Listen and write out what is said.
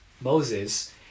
Moses